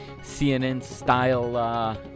CNN-style